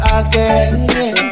again